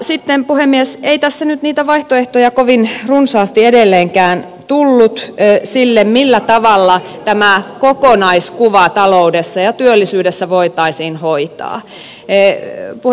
sitten puhemies ei tässä nyt niitä vaihtoehtoja kovin runsaasti edelleenkään tullut sille millä tavalla tämä kokonaiskuva taloudessa ja työllisyydessä voitaisiin hoitaa